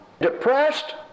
depressed